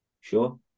Sure